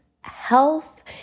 health